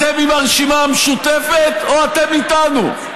אתם עם הרשימה המשותפת או אתם איתנו?